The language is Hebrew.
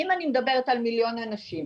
אם אני מדברת על מיליון אנשים,